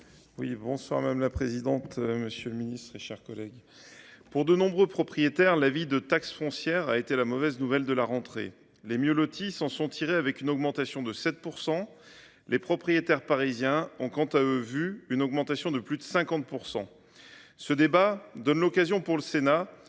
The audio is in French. Jean Rochette. Madame la présidente, monsieur le ministre, mes chers collègues, pour de nombreux propriétaires, l’avis de taxe foncière a été la mauvaise nouvelle de la rentrée. Les mieux lotis s’en sont tirés avec une augmentation de 7 %. Les propriétaires parisiens ont, quant à eux, vu une augmentation de plus de 50 %. Ce débat donne l’occasion au Sénat